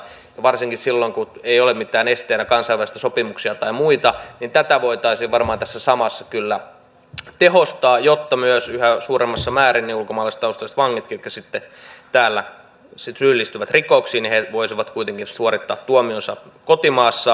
varsinkin silloin kun ei ole mitään esteenä kansainvälisiä sopimuksia tai muita tätä voitaisiin varmaan tässä samassa kyllä tehostaa jotta myös yhä suuremmassa määrin ulkomaalaistaustaiset vangit ketkä täällä syyllistyvät rikoksiin voisivat kuitenkin suorittaa tuomionsa kotimaassaan